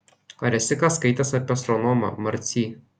ar esi ką skaitęs apie astronomą marcy